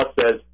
says